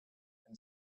and